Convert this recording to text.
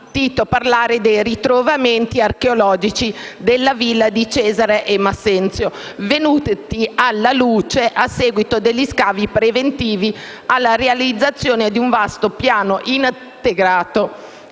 parlare dei ritrovamenti archeologici della Villa di Cesare e Massenzio venuti alla luce a seguito degli scavi preventivi alla realizzazione di un vasto piano integrato